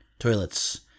Toilets